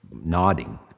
nodding